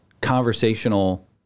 conversational